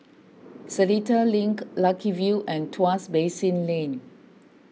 Seletar Link Lucky View and Tuas Basin Lane